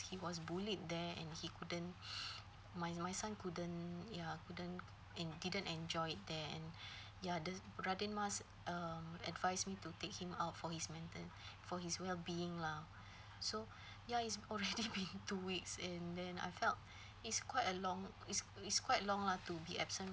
he was bullied there and he couldn't my my son couldn't ya couldn't and didn't enjoy there ya the radin mas um advise me to take him out for his mental for his well being lah so ya it's already been two weeks and then I felt it's quite a long it's it's quite long lah to be absent